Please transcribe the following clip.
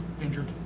injured